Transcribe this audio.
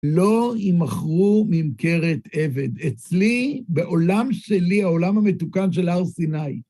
לא יימכרו ממכרת עבד. אצלי, בעולם שלי, העולם המתוקן של הר סיני,